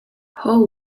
hou